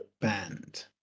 band